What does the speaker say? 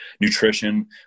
nutrition